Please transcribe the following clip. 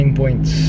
points